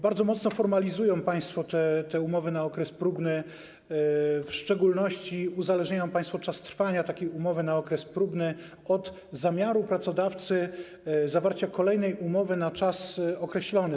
Bardzo mocno formalizują państwo te umowy na okres próbny, w szczególności uzależniają państwo czas trwania takiej umowy na okres próbny od zamiaru pracodawcy zawarcia kolejnej umowy na czas określony.